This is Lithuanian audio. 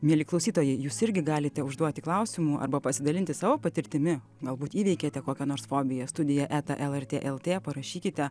mieli klausytojai jūs irgi galite užduoti klausimų arba pasidalinti savo patirtimi galbūt įveikėte kokią nors fobiją studija eta lrt lt parašykite